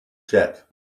jet